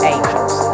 Angels